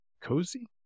Cozy